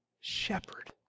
shepherd